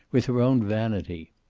with her own vanity.